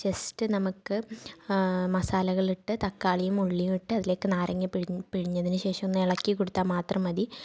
just നമുക്ക് മസാലകളിട്ട് തക്കാളിയും ഉള്ളിയും ഇട്ട് അതിലേക്ക് നാരങ്ങ പിഴി പിഴിഞ്ഞതിനു ശേഷം ഒന്ന് ഇളക്കി കൊടുത്താല് മാത്രം മതി